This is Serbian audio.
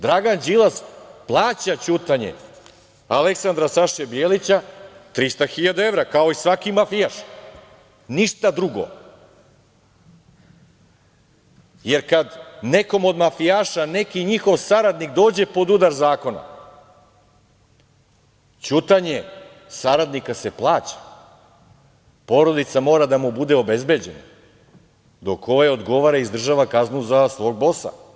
Dragan Đilas plaća ćutanje Aleksandra Saše Bijelića 300.000 evra, kao i svaki mafijaš, ništa drugo, jer kada nekome od mafijaša neki njihov saradnik dođe pod udar zakona, ćutanje saradnika se plaća, porodica mora da mu bude obezbeđena, dok ovaj odgovara i izdržava kaznu za svog bosa.